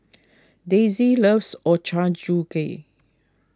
Daisey loves Ochazuke